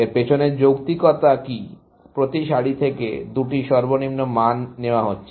এর পেছনে যৌক্তিকতা কী প্রতি সারি থেকে দুটি সর্বনিম্ন মান নেওয়া হচ্ছে